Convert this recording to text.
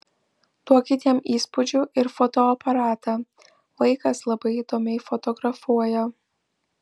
duokit jam įspūdžių ir fotoaparatą vaikas labai įdomiai fotografuoja